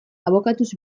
abokatuz